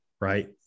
right